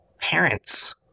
parents